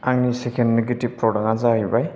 आंनि second negative product आ जाहैबाय